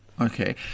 Okay